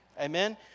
Amen